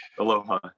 Aloha